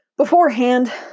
Beforehand